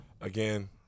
Again